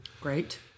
Great